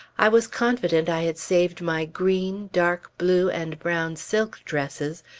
i was confident i had saved my green, dark blue, and brown silk dresses,